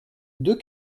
deux